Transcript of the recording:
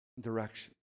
direction